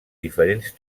diferents